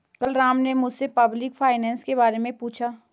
कल राम ने मुझसे पब्लिक फाइनेंस के बारे मे पूछा